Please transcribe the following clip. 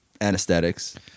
Anesthetics